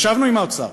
ישבנו עם האוצר